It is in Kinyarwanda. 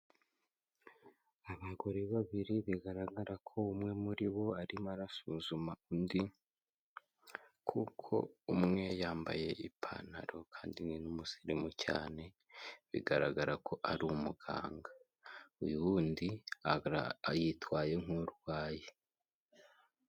Abagore babiri bigaragara ko umwe muri bo arimo arasuzuma undi kuko umwe yambaye ipantaro kandi ni n'umusirimu cyane, bigaragara ko ari umuganga, uyu wundi yitwaye nk'urwaye.